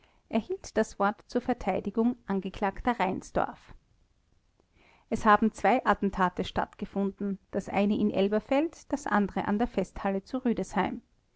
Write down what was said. erhielt das wort zur verteidigung angeklagter reinsdorf es haben zwei attentate stattgefunden das eine in elberfeld das andere an der festhalle zu rüdesheim